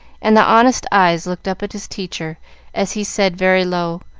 and the honest eyes looked up at his teacher as he said very low,